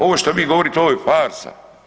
Ovo što vi govorite, ovo je farsa.